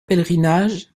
pèlerinage